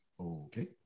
Okay